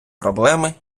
проблеми